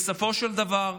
בסופו של דבר,